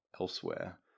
elsewhere